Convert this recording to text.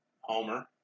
Homer